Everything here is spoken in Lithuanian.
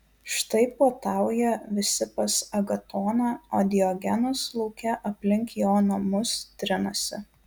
štai puotauja visi pas agatoną o diogenas lauke aplink jo namus trinasi